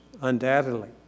undoubtedly